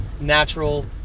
natural